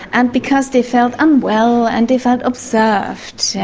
and because they felt unwell and they felt observed.